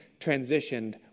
transitioned